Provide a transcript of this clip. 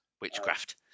Witchcraft